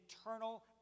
eternal